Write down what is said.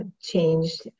changed